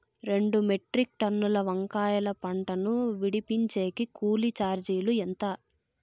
రెండు మెట్రిక్ టన్నుల వంకాయల పంట ను విడిపించేకి కూలీ చార్జీలు ఎంత?